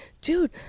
dude